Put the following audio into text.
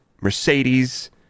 Mercedes